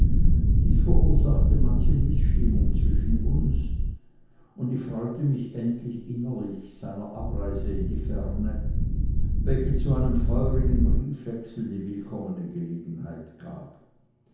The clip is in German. dies verursachte manche mißstimmung zwischen uns und ich freute mich endlich innerlich seiner abreise in die ferne welche zu einem feurigen briefwechsel die willkommene gelegenheit gab